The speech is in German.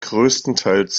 größtenteils